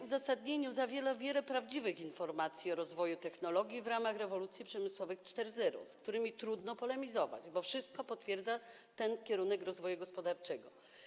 Uzasadnienie projektu zawiera wiele prawdziwych informacji o rozwoju technologii w ramach rewolucji przemysłowych 4.0, z którymi trudno polemizować, bo wszystko potwierdza ten kierunek rozwoju gospodarczego.